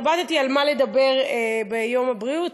התלבטתי על מה לדבר ביום הבריאות.